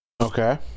Okay